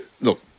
Look